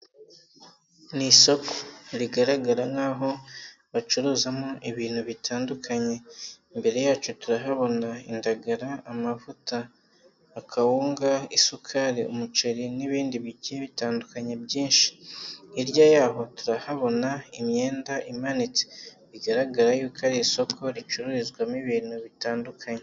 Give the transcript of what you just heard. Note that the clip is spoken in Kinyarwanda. Ni isoko, rigaragara nk'aho bacuruzamo ibintu bitandukanye, imbere yacu turahabona indagara, amavuta, akawunga, isukari, umuceri n'ibindi bigiye bitandukanye byinshi, hirya yaho turahabona imyenda imanitse, bigaragara y'uko ari isoko ricururizwamo ibintu bitandukanye.